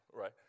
right